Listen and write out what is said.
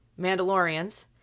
Mandalorians